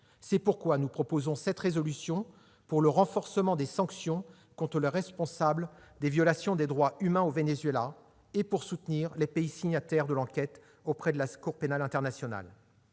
C'est pourquoi nous proposons cette résolution pour le renforcement des sanctions contre les responsables des violations des droits humains au Venezuela et pour soutenir les pays signataires de l'enquête auprès de la Cour pénale internationale.